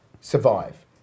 survive